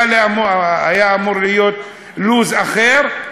היה אמור להיות לו"ז אחר,